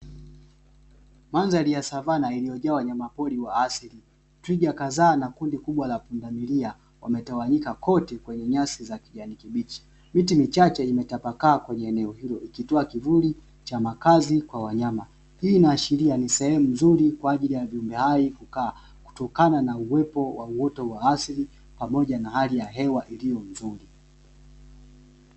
Madhari ya savana iliyojaa wanyama pori wa asili Twiga kadhaa na kundi kubwa la pundamilia wametawanyika kote kwenye nyasi za kijani kibichi ,miti michache imetapaka kwenye eneo hilo ikitoa kivuli cha makazi kwa wanyama ,hii inaashiria ni sehemu nzuri kwaajili ya viumbe hai kukaa kutokana na uwepo wa uoto wa asili pamoja na hali ya hewa iliyo nzuri.